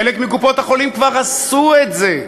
חלק מקופות-החולים כבר עשו את זה,